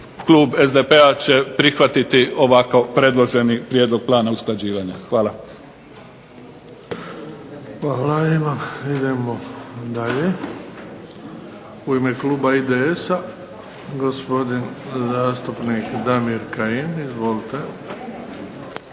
klub SDP-a će prihvatiti ovako predloženi Prijedlog plana usklađivanja. Hvala. **Bebić, Luka (HDZ)** Hvala. Idemo dalje. U ime kluba IDS-a gospodin zastupnik Damir Kajin. Izvolite.